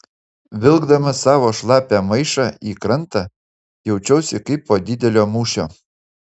vilkdama savo šlapią maišą į krantą jaučiausi kaip po didelio mūšio